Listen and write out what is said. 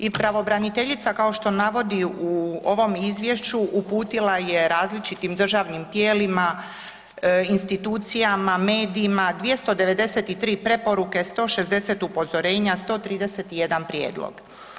I pravobraniteljica kao što navodi u ovom Izvješću uputila je različitim državnim tijelima, institucijama, medijima 293 preporuke, 160 upozorenja, 131 prijedlog.